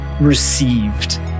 received